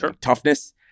toughness